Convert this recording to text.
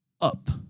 up